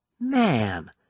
Man